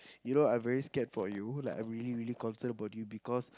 you know I'm very scared for you like I'm really really concerned about you because